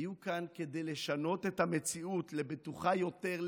היו כאן כדי לשנות את המציאות לבטוחה יותר,